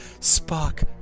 Spock